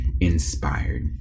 Inspired